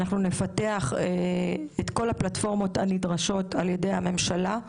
נפתח את כל הפלטפורמות הנדרשות על ידי הממשלה,